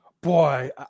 Boy